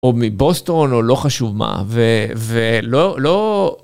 או מבוסטון או לא חשוב מה, ולא...